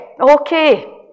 okay